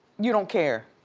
you don't care?